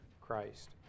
Christ